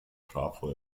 trafo